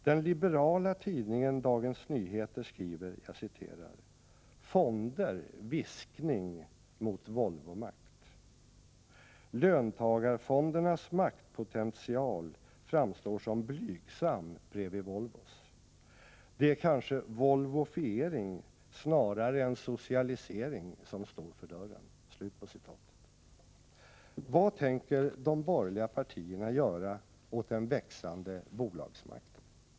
Den liberala tidningen Dagens Nyheter skriver: ”Fonder viskning mot Volvo-makt. ——— Löntagarfondernas maktpotential framstår som blygsam bredvid Volvos. Det är kanske volvofiering snarare än socialisering som står för dörren.” Vad tänker de borgerliga partierna göra åt den växande bolagsmakten?